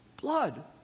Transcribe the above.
blood